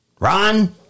Ron